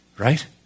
Right